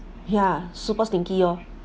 ya super stinky oh